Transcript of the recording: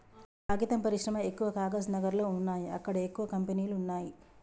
కాగితం పరిశ్రమ ఎక్కవ కాగజ్ నగర్ లో వున్నాయి అక్కడ ఎక్కువ కంపెనీలు వున్నాయ్